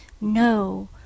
no